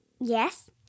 Yes